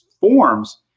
forms